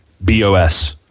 bos